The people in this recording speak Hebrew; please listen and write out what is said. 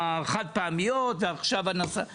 זה לא בזמן שהכול פורח